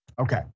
Okay